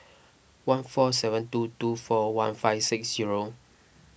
one four seven two two four one five six zero